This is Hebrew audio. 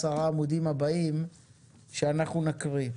עשרה עמודים הבאים שאנחנו נקריא,